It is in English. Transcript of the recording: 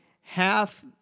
half